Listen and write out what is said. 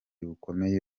bukomeye